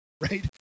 right